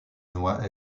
noix